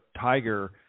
Tiger